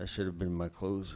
i should have been my clothes